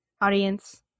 audience